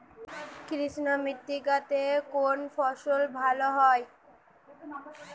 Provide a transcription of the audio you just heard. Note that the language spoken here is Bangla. কৃষ্ণ মৃত্তিকা তে কোন ফসল ভালো হয়?